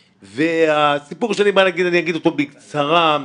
והסיפור שלי אני אגיד אותו בקצרה.